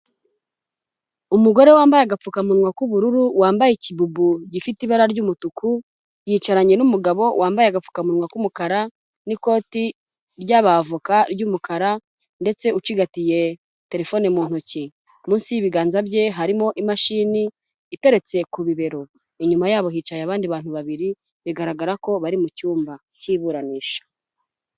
Umugore wambaye agapfukamunwa k'ubururu, wambaye ikibubu gifite ibara ry'umutuku, yicaranye n'umugabo wambaye agapfukamunwa k'umukara n'ikoti ry'abavoka ry'umukara ndetse ucigatiye terefone mu ntoki, munsi y'ibiganza bye harimo imashini iteretse ku bibero, inyuma yabo hicaye abandi bantu babiri, bigaragara ko bari mu cyumba k'iburanisha.